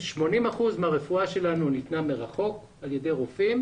80 אחוזים הרפואה שלנו ניתנה מרחוק על ידי רופאים.